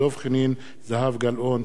דב חנין וזהבה גלאון.